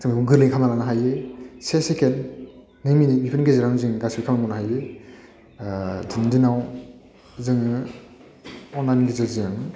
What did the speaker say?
जोङो गोरलै खालामना लानो हायो से सेखेन्द नै मिनिटनिफोरनि गेजेरावनो जों गासैबो खामानि मावनो हायो थुमदिनाव जोङो अनलाइननि गेजेरजों